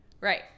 right